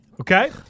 Okay